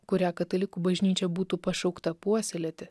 kurią katalikų bažnyčia būtų pašaukta puoselėti